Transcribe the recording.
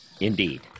Indeed